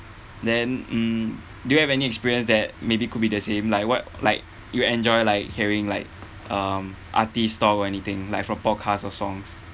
then mm do you have any experience that maybe could be the same like what like you enjoy like hearing like um artist talk or anything like from podcast or songs